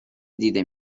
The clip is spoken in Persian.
دیده